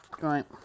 Right